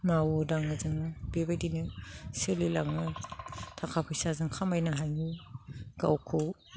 मावो दाङो जोङो बेबायदिनो सोलिलाङो थाखा फैसा जों खामायनो हायो गावखौ